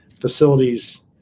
facilities